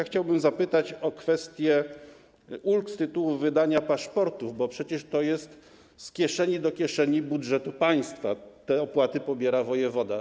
Chciałbym zapytać o kwestię ulg z tytułu wydania paszportów, bo przecież to jest z kieszeni do kieszeni budżetu państwa, te opłaty pobiera wojewoda.